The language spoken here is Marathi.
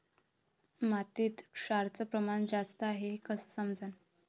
मातीत क्षाराचं प्रमान जास्त हाये हे कस समजन?